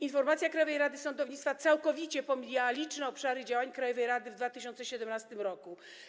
Informacja Krajowej Rady Sądownictwa całkowicie pomija liczne obszary działań krajowej rady w 2017 r.